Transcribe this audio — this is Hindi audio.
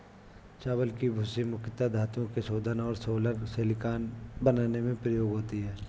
चावल की भूसी मुख्यता धातुओं के शोधन और सोलर सिलिकॉन बनाने में प्रयोग होती है